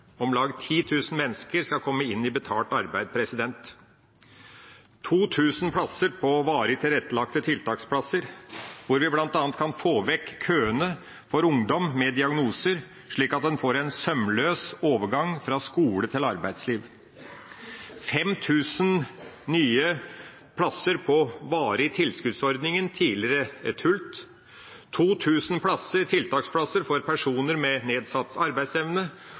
Om lag 10 000 mennesker skal komme inn i betalt arbeid – 2 000 på varig tilrettelagte tiltaksplasser, hvor vi bl.a. kan få vekk køene for ungdom med diagnoser, slik at en får en sømløs overgang fra skole til arbeidsliv, 5 000 nye plasser på varig tilskuddsordning, tidligere TULT, 2 000 tiltaksplasser for personer med nedsatt arbeidsevne